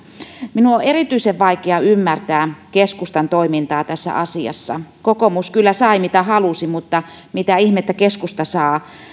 minun on erityisen vaikea ymmärtää keskustan toimintaa tässä asiassa kokoomus kyllä sai mitä halusi mutta mitä ihmettä keskusta saa